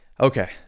Okay